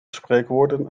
spreekwoorden